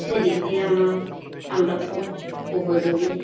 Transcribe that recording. সে দিক দিয়ে আমার আমরা খুব উপযোগী